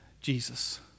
Jesus